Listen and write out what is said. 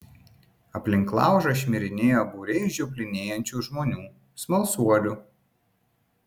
aplink laužą šmirinėjo būriai žioplinėjančių žmonių smalsuolių